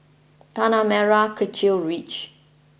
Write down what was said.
Tanah Merah Kechil Ridge